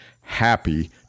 happy